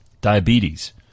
Diabetes